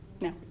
No